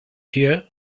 here